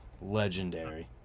legendary